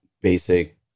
basic